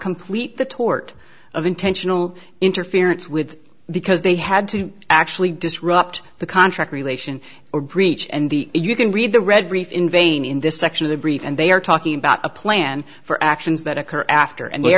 complete the tort of intentional interference with because they had to actually disrupt the contract relation or breach and the you can read the read brief in vain in this section of the brief and they are talking about a plan for actions that occur after and they